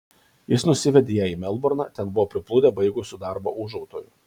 jis nusivedė ją į melburną ten buvo priplūdę baigusių darbą ūžautojų